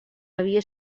havia